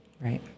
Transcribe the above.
Right